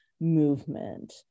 movement